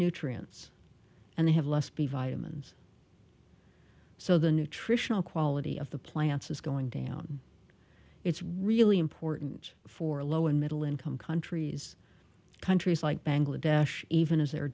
micronutrients and they have less b vitamins so the nutritional quality of the plants is going down it's really important for low and middle income countries countries like bangladesh even as they